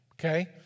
Okay